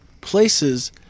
Places